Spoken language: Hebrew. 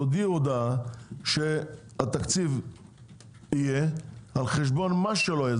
תודיעו הודעה שהתקציב יהיה על חשבון מה שלא יהיה,